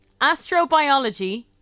Astrobiology